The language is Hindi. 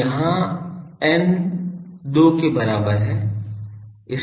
तो यहाँ n 2 के बराबर है